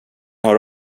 har